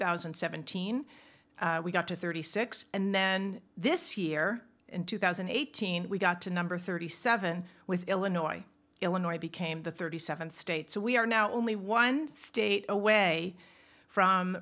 thousand and seventeen we got to thirty six and then this year in two thousand and eighteen we got to number thirty seven with illinois illinois became the thirty seven states so we are now only one state away from